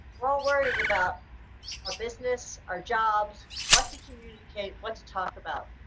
we're all worried about our business, our jobs, what to communicate, what to talk about.